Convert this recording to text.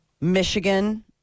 Michigan